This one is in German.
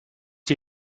die